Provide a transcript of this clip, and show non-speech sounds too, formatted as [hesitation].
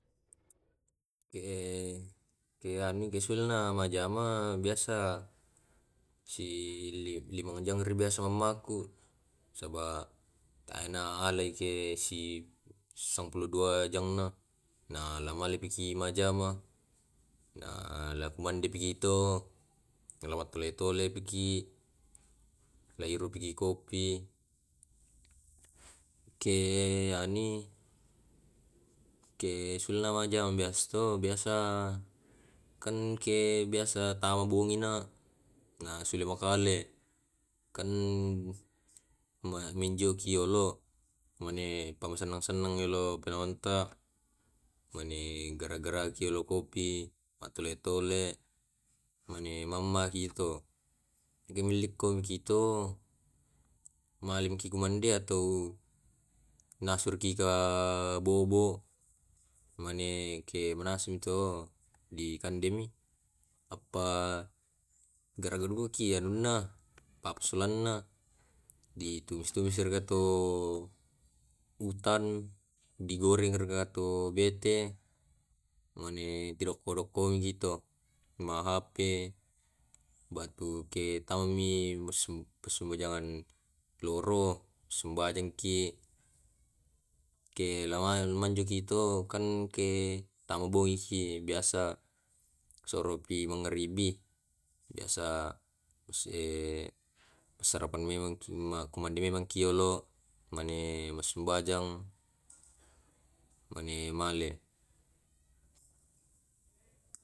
Ke [hesitation] ke anu gesel na majjama biasa si li limang jang ri biasa mammaku, saba teai na alai ke si sampulo dua jangna namaliki majjama, na lao kumande pito, ku lao mattole toleki, lairoki je kopi ke ani ke senna wajang biasa to biasa kan ke biasa tama bongina, nasule makale, [noise] kan ma manjioki olo mane makusenneng senneng dolo maenta. Mane gara gara ki olo kopi, matole tole mane mammaki to. De mu lekkong ki to male maki ku mande atau nasurki raga bobo, mane ke manasu mi to dikandemi appa garaga dukaki anunna apuslanna di tumis tumis ragatto utan. Digoreng raga to bete mane pi rokko rokkoi mi to ma hp bantu ke tau mi [hesitation] massumbajang loro. Sumbajangki. Ke lao manjoki to kan ke tama bongiki biasa soropi mangaribi, biasa usse pe sarapan memangi ku mande memang ki olo mane massumbajang mane male. [noise]